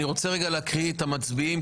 אני רוצה להקריא את המצביעים,